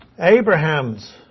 Abraham's